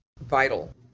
vital